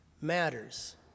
matters